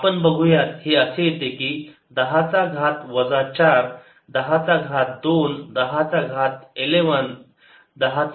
आपण बघूया हे असे येते की 10 घात 4 10 चा घात 2 10 घात 11 10 घात 1 तर 3 8 3 तर हे असे येते की 6